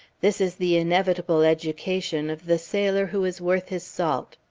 this is the inevitable education of the sailor who is worth his salt.